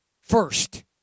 first